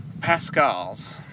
Pascal's